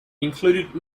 included